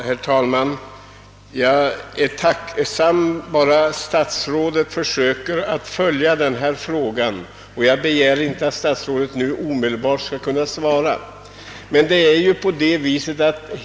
Herr talman! Jag är tacksam bara statsrådet försöker följa upp denna fråga — jag begär inte ett omedelbart svar.